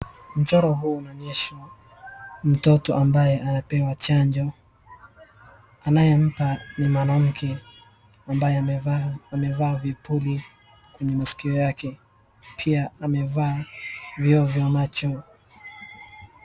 Mchoro huu unaonyeshwa mtoto ambaye anapewa chanjo. Anayempa ni mwanamke ambaye amevaa, amevaa vipuli kwenye masikio yake, pia amevaa vioo vya macho.